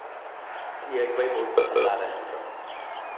ये ही को ही बहुत पसंद आ रहे हैं सब